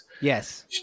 Yes